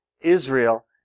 Israel